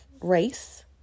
race